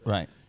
Right